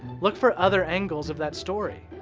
look for other angles of that story.